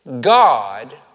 God